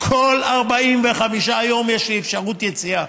כל 45 יום יש אפשרות יציאה.